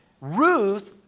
Ruth